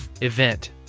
event